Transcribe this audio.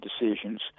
decisions